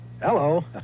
hello